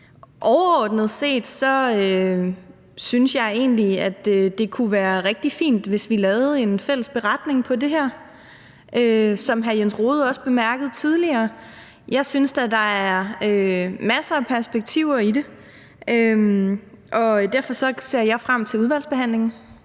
Overordnet set synes jeg egentlig, at det kunne være rigtig fint, hvis vi lavede en fælles beretning på det her, som hr. Jens Rohde også bemærkede tidligere. Jeg synes da, at der er masser af perspektiver i det, og derfor ser jeg frem til udvalgsbehandlingen